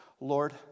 Lord